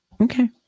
Okay